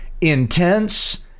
intense